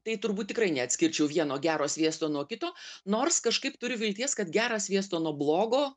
tai turbūt tikrai neatskirčiau vieno gero sviesto nuo kito nors kažkaip turiu vilties kad gerą sviestą nuo blogo